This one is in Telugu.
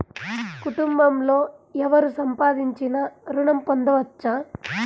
కుటుంబంలో ఎవరు సంపాదించినా ఋణం పొందవచ్చా?